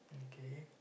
okay